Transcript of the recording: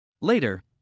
Later